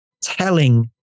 telling